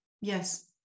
Yes